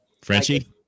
Frenchie